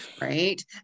Right